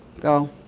Go